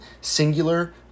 singular